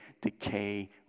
decay